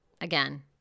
again